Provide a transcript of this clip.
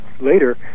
later